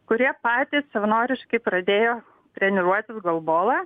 kurie patys savanoriškai pradėjo treniruotis golbolą